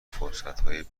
فرصتهای